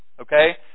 Okay